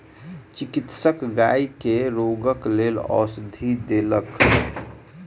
चिकित्सक गाय के रोगक लेल औषधि देलक